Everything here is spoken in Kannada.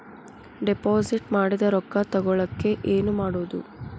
ಡಿಪಾಸಿಟ್ ಮಾಡಿದ ರೊಕ್ಕ ತಗೋಳಕ್ಕೆ ಏನು ಮಾಡೋದು?